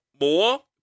more